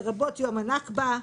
לרבות יום הנכבה,